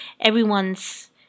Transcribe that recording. everyone's